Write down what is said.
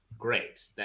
Great